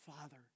Father